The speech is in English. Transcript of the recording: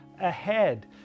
ahead